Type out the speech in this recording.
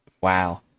Wow